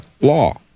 law